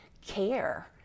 care